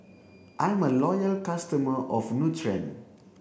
I'm a loyal customer of Nutren